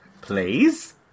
Please